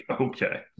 okay